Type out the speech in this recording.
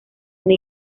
una